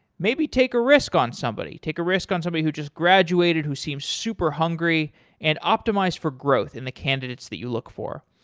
maybe take a risk on somebody. take a risk on somebody who just graduated who seem super hungry and optimize for growth in the candidates that you look for.